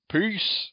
Peace